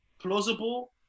plausible